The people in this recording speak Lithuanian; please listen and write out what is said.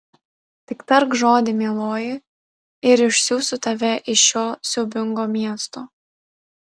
tik tark žodį mieloji ir išsiųsiu tave iš šio siaubingo miesto